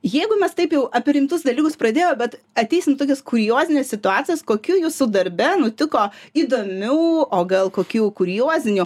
jeigu mes taip jau apie rimtus dalykus pradėjo bet ateisim tokias kuriozines situacijas kokių jūsų darbe nutiko įdomių o gal kokių kuriozinių